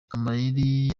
amayeri